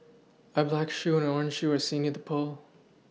a black shoe and orange shoe are seen near the pole